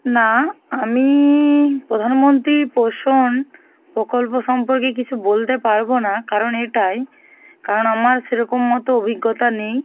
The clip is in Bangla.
না আমি প্রধানমন্ত্রী পোষণ প্রকল্প সম্পর্কে কিছু বলতে পারব না কারণ এটাই কারণ আমার সেরকম মতো অভিজ্ঞতা নেই